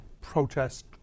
protest